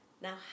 Now